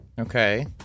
Okay